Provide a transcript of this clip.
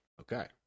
okay